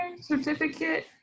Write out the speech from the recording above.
certificate